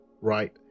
right